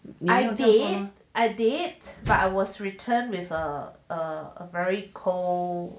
I did but I was returned with a a very cold